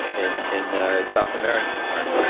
ah in in the south american art.